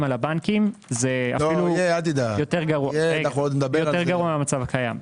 על הבנקים יהיה יותר גרוע מהמצב הקיים.